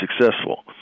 successful